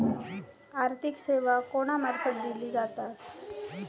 आर्थिक सेवा कोणा मार्फत दिले जातत?